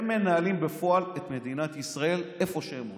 הם מנהלים בפועל את מדינת ישראל איפה שהם רוצים,